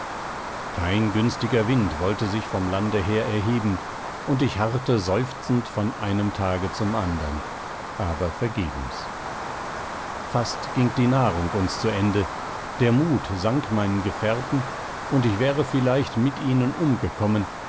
kein günstiger wind wollte sich vom lande her erheben und ich harrte seufzend von einem tage zum andern aber vergebens fast ging die nahrung uns zu ende der mut sank meinen gefährten und ich wäre vielleicht mit ihnen umgekommen